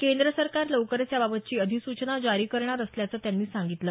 केंद्र सरकार लवकरच याबाबतची अधिसूचना जारी करणार असल्याचं त्यांनी सांगितलं